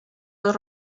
dos